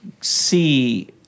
see